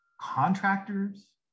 contractors